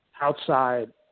outside